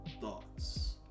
Thoughts